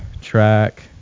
track